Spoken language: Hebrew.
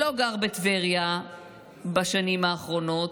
שלא גר בטבריה בשנים האחרונות,